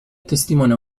testimonia